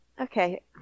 Okay